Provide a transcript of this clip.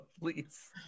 please